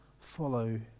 follow